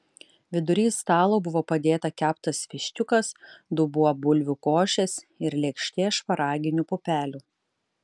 vidury stalo buvo padėta keptas viščiukas dubuo bulvių košės ir lėkštė šparaginių pupelių